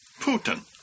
Putin